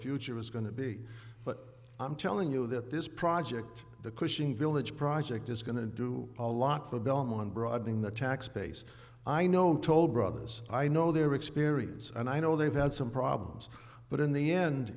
future is going to be but i'm telling you that this project the cushing village project is going to do a lot for belmont broadening the tax base i know i'm told brothers i know their experience and i know they've had some problems but in the end